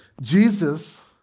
Jesus